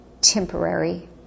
temporary